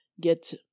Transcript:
get